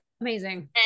Amazing